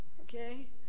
Okay